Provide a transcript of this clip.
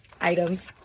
items